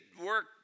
work